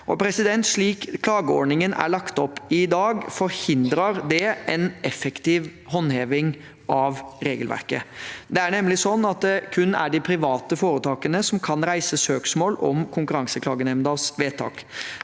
og dagligvarer. Slik klageordningen er lagt opp i dag, forhindrer det en effektiv håndheving av regelverket. Det er kun de private foretakene som kan reise søksmål om Konkurranseklagenemndas vedtak.